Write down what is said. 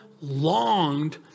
longed